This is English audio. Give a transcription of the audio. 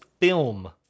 film